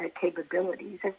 capabilities